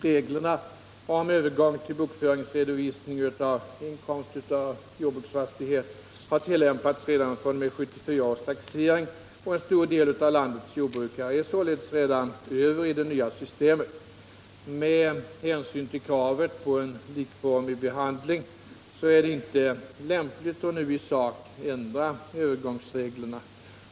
Reglerna om övergång till bokföringsredovisning av inkomst av jordbruksfastighet har tillämpats redan fr.o.m. 1974 års taxering, och en stor del av landets jordbrukare är således redan över i det nya systemet. Med hänsyn till kravet på en likformig behandling är det inte lämpligt att nu i sak ändra övergångsreglerna.